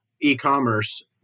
e-commerce